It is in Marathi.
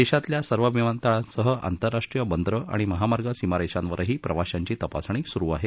देशातल्या सर्व विमानतळांसह आंतरराष्ट्रीय बंदर आणि महामार्ग सीमारेषांवरही प्रवाशांची तपासणी सुरु आहे